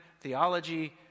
theology